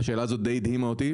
והשאלה הזו די הדהימה אותי.